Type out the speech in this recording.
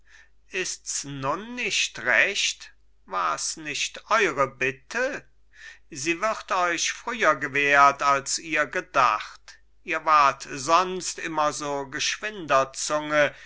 ist's nun nicht recht war's nicht eure bitte sie wird euch früher gewährt als ihr gedacht ihr wart sonst immer so geschwinder